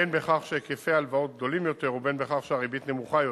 בין בכך שהיקפי ההלוואות גדולים יותר ובין בכך שהריבית נמוכה יותר.